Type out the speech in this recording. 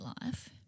life